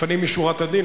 לפנים משורת הדין,